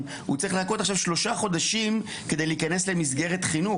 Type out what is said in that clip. אנחנו עכשיו מדברים על ילדי נמלטים.